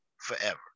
forever